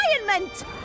environment